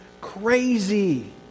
crazy